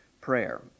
prayer